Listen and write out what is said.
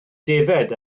defaid